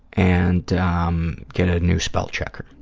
and um get a new spellchecker.